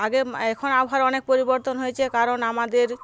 আগে এখন আবহাওয়ার অনেক পরিবর্তন হয়েছে কারণ আমাদের